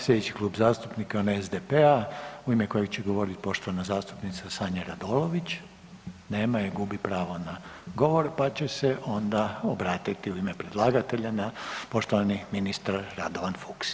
Slijedeći Klub zastupnika je onaj SDP-a u ime kojeg će govoriti poštovana zastupnica Sanja Radolović, nema je, gubi pravo govor, pa će se onda obratiti u ime predlagatelja poštovani ministar Radovan Fuchs.